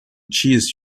cheese